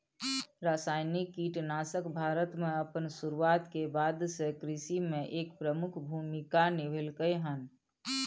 रासायनिक कीटनाशक भारत में अपन शुरुआत के बाद से कृषि में एक प्रमुख भूमिका निभलकय हन